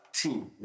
team